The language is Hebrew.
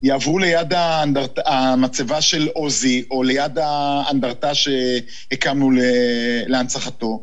יעברו ליד המצבה של עוזי או ליד האנדרטה שהקמנו להנצחתו.